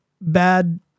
bad